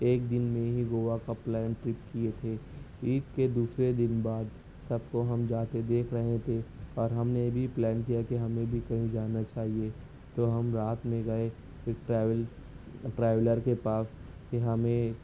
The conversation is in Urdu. ایک دن میں ہی گوا کا پلان ٹرپ کیے تھے عید کے دوسرے دن بعد سب کو ہم جاتے دیکھ رہے تھے اور ہم نے بھی پلان کیا کہ ہمیں بھی کہیں جانا چاہیے تو ہم رات میں گئے ایک ٹریول ٹراویلر کے پاس کہ ہمیں